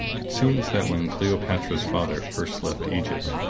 it seems that when cleopatra's father first left egypt,